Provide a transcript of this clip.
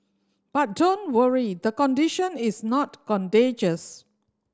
but don't worry the condition is not contagious